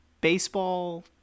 baseball